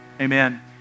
amen